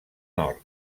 nord